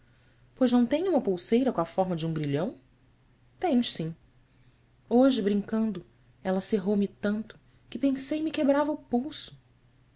pois não tenho uma pulseira com a forma de um grilhão ens sim oje brincando ela cerrou me tanto que pensei me quebrava o pulso